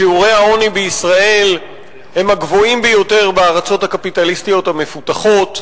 שיעורי העוני בישראל הם הגבוהים ביותר בארצות הקפיטליסטיות המפותחות,